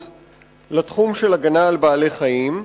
המוקצה לתחום של הגנה על בעלי-חיים?